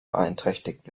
beeinträchtigt